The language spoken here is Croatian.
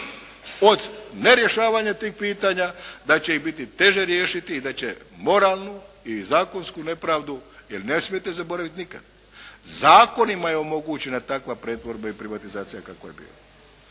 od nerješavanja tih pitanja da će ih biti teže riješiti i da će moralnu i zakonsku nepravdu jer ne smijete zaboraviti nikad zakonima je omogućena takva pretvorba i privatizacija kakva je bila,